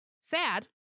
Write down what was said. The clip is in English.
sad